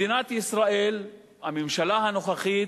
מדינת ישראל, הממשלה הנוכחית,